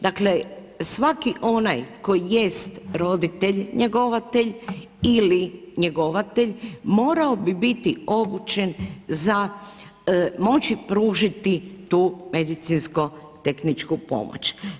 Dakle svaki onaj koji jest roditelj njegovatelj ili njegovatelj, morao bi biti obučen za moći pružiti tu medicinsko-tehničku pomoć.